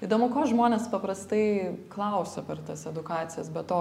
įdomu ko žmonės paprastai klausia per tas edukacijas be to